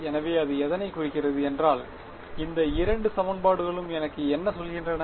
எனவே அது எதனை குறிக்கிறது என்றால் இந்த இரண்டு சமன்பாடுகளும் எனக்கு என்ன சொல்கின்றன